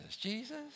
Jesus